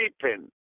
sleeping